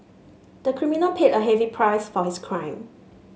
the criminal paid a heavy price for his crime